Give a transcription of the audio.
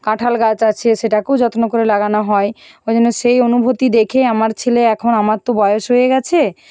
কাঁঠাল গাছ আছে সেটাকেও যত্ন করে লাগানো হয় ওই জন্য সেই অনুভূতি দেখে আমার ছেলে এখন আমার তো বয়স হয়ে গেছে